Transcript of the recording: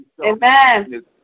Amen